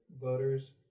voters